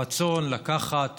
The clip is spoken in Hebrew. הרצון לקחת